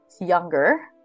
younger